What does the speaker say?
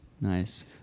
Nice